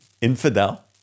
infidel